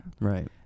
right